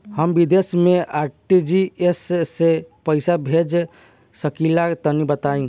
हम विदेस मे आर.टी.जी.एस से पईसा भेज सकिला तनि बताई?